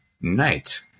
night